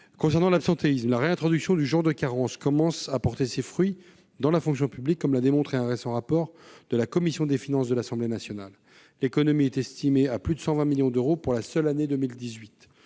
Concernant l'absentéisme, la réintroduction du jour de carence commence à porter ses fruits dans la fonction publique, comme l'a démontré un récent rapport de la commission des finances de l'Assemblée nationale. L'économie est estimée à plus de 120 millions d'euros pour la seule année 2018.